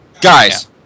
Guys